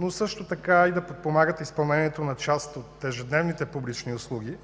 но също така и да подпомагат изпълнението на част от ежедневните публични услуги,